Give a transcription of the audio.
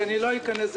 כי לא אכנס,